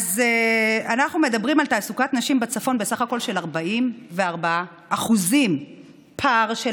אז אנחנו מדברים בסך הכול על 44% פער של